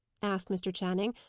asked mr. channing.